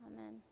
amen